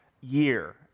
year